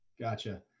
Gotcha